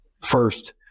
First